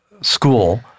school